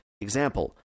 example